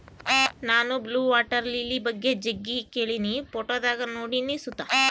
ನಾನು blue water lily ಬಗ್ಗೆ ಜಗ್ಗಿ ಕೇಳಿನಿ, ಫೋಟೋದಾಗ ನೋಡಿನಿ ಸುತ